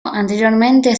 anteriormente